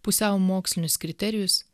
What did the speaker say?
pusiau mokslinius kriterijus